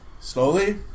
Slowly